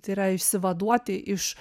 tai yra išsivaduoti iš